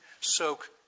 soak